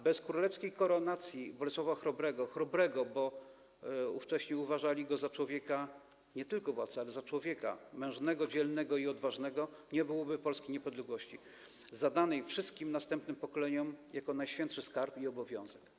Bez królewskiej koronacji Bolesława Chrobrego - Chrobrego, bo ówcześni uważali go za nie tylko władcę, ale i człowieka mężnego, dzielnego i odważnego - nie byłoby polskiej niepodległości danej wszystkim następnym pokoleniom jako najświętszy skarb i obowiązek.